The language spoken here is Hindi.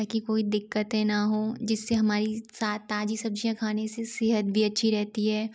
ताकि कोई दिक्कतें न हो जिससे हमारी सा ताज़ी सब्ज़ियाँ खाने से सेहत भी अच्छी रेहती हैं